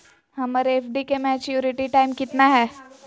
हमर एफ.डी के maturity time कितना है?